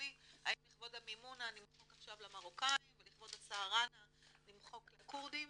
"האם לכבוד המימונה נמחק עכשיו למרוקאים ולכבוד הסהרנה נמחק לכורדים